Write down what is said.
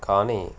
కానీ